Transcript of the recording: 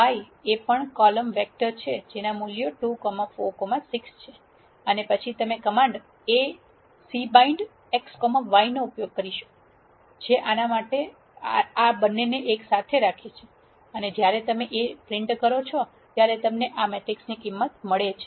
Y એ પણ column vector છે જેના મૂલ્યો 2 4 6 છે અને પછી તમે કમાન્ડ A cbindxy નો ઉપયોગ કરો છો જે આને એક સાથે રાખે છે અને જ્યારે તમે A છાપો છો ત્યારે તમને આ મેટ્રિક્સની કિંમત મળે છે